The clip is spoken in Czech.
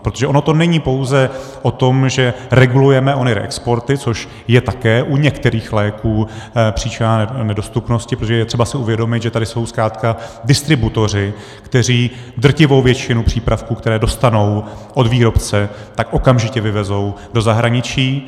Protože ono to není pouze o tom, že regulujeme ony reexporty, což je také u některých léků příčina nedostupnosti, protože je třeba si uvědomit, že tady jsou zkrátka distributoři, kteří drtivou většinu přípravků, které dostanou od výrobce, okamžitě vyvezou do zahraničí.